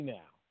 now